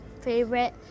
favorite